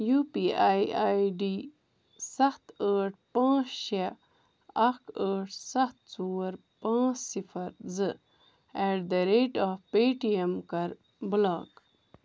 U P I I D ستھ ٲٹھ پانژھ شےٚ اکھ ٲٹھ ستھ ژور پانژھ صفر زٕ at the rate of Paytm کَر بلاک